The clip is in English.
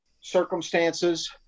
circumstances